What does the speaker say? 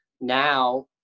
Now